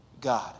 God